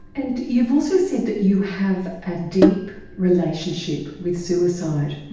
and you've also said that you have a deep relationship with suicide.